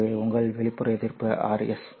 ஆகவே உங்கள் வெளிப்புற எதிர்ப்பு RL